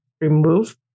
remove